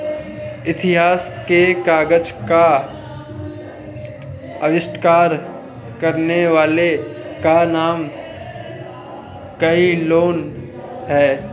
इतिहास में कागज का आविष्कार करने वाले का नाम काई लुन है